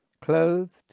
clothed